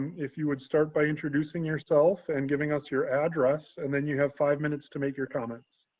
if you would start by introducing yourself and giving us your address, and then you have five minutes to make your comments.